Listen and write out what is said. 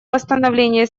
восстановления